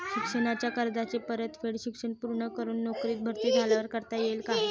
शिक्षणाच्या कर्जाची परतफेड शिक्षण पूर्ण करून नोकरीत भरती झाल्यावर करता येईल काय?